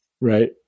right